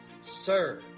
sir